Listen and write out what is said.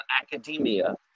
academia